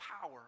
power